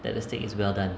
that the steak is well done